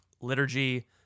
Liturgy